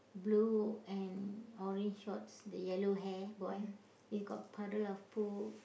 blue and orange shorts the yellow hair boy he got puddle of pool